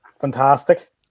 Fantastic